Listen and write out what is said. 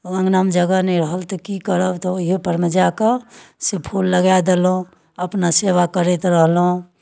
अङनामे जगह नहि रहल तऽ की करब तऽ ओहिएपर मे जा कऽ से फूल लगाए देलहुँ अपना सेवा करैत रहलहुँ